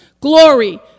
Glory